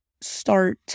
start